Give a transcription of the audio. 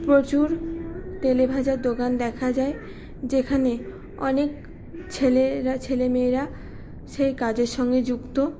প্রচুর তেলেভাজার দোকান দেখা যায় যেখানে অনেক ছেলেরা ছেলেমেয়েরা সেই কাজের সঙ্গে যুক্ত